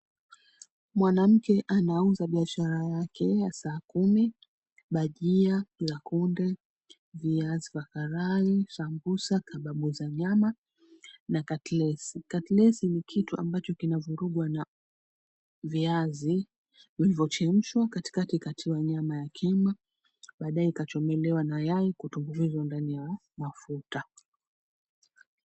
Mwanamke anauza biashara yake ya saa 10, bajia, kunde, viazi karai, sambusa, kababu za nyama na katlesi. Katlesi ni kitu ambacho kinavurugwa na viazi vilivyochemshwa katikati katiwa nyama ya kima. Baadaye ikachomelewa na yai kutumbukizwa ndani ya mafuta.